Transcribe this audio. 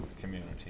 community